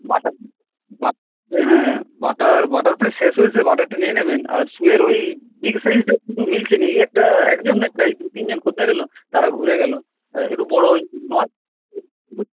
butter হ্যাঁ butter butter প্রায় শেষ হয়েছে বাটারটা নিয়ে নেবেন আর শুয়ের ওই বিগ সাইজটা কিন্তু মিলছে না এই একটা একজন এই দু তিনজন খদ্দের এলো তারা ঘুরে গেল একটু বড় ওই নয়